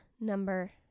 number